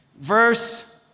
verse